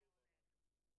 דיון על תקנים.